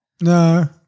No